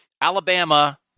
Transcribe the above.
Alabama